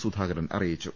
സുധാകരൻ അറിയിച്ചു